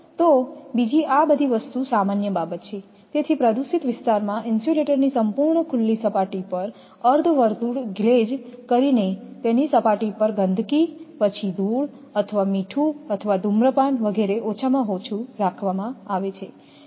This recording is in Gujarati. તો બીજી આ બધી વસ્તુ સામાન્ય બાબત છે તેથી પ્રદૂષિત વિસ્તારમાં ઇન્સ્યુલેટરની સંપૂર્ણ ખુલ્લી સપાટી પર અર્ધવર્તુળ ગ્લેઝ કરીને તેની સપાટી પર ગંદકી પછી ધૂળ અથવા મીઠું અથવા ધૂમ્રપાન વગેરે ઓછામાં ઓછું રાખવામાં આવે છે